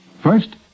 First